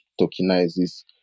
tokenizes